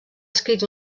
escrit